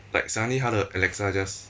like suddenly 他的 alexa just